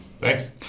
Thanks